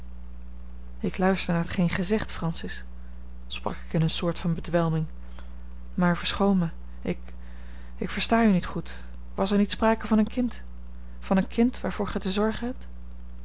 ik luister naar t geen gij zegt francis sprak ik in eene soort van bedwelming maar verschoon mij ik ik versta u niet goed was er niet sprake van een kind van een kind waarvoor gij te zorgen hebt